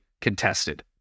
contested